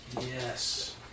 Yes